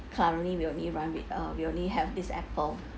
currently we only run with uh we only have this apple